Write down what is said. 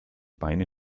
beine